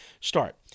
start